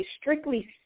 strictly